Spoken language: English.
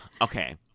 okay